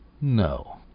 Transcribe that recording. no